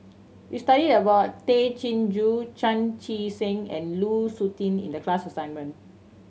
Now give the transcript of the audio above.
we studied about Tay Chin Joo Chan Chee Seng and Lu Suitin in the class assignment